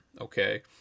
okay